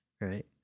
right